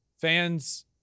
Fans